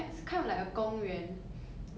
then there was a beehive